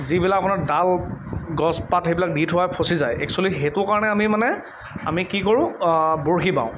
যিবিলাক আপোনাৰ ডাল গছপাত সেইবিলাক দি থোৱাই ফচি যায় এক্সুৱেলি সেইটো কাৰণে আমি মানে আমি কি কৰোঁ বৰশী বাওঁ